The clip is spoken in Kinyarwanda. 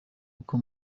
uko